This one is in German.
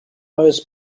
neues